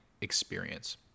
experience